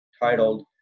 titled